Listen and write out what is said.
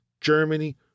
Germany